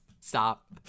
Stop